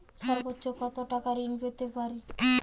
সর্বোচ্চ কত টাকা ঋণ পেতে পারি?